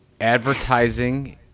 advertising